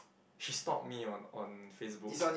she stalk me on on Facebook